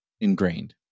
ingrained